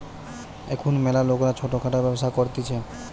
এখুন ম্যালা লোকরা ছোট খাটো ব্যবসা করতিছে